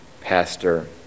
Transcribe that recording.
pastor